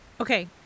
okay